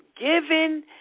given